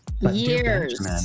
Years